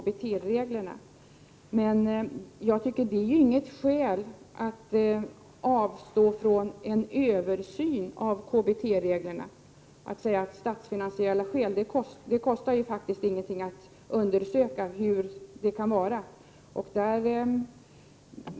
Det är inte något skäl för att avstå från en översyn av KBT-reglerna. Det kostar ju ingenting att undersöka hur det förhåller sig.